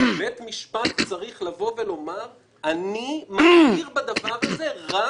בית משפט צריך לומר שהוא מכיר בדבר הזה רק